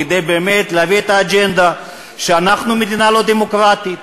כדי להביא את האג'נדה שאנחנו מדינה לא דמוקרטית.